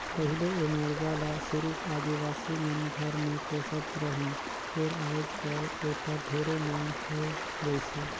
पहिले ए मुरगा ल सिरिफ आदिवासी मन घर मे पोसत रहिन फेर आयज कायल एखर ढेरे मांग होय गइसे